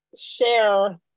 share